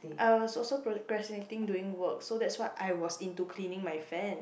I was also procrastinating doing work so that's what I was into cleaning my fan